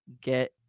get